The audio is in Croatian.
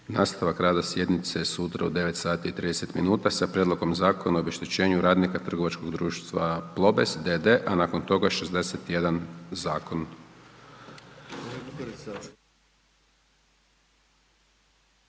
Nastavak rada sjednice je sutra u 9 sati i 30 minuta, sa Prijedlogom Zakona o obeštećenju radnika trgovačkog društva Plobest d.d. a nakon toga 61 zakon.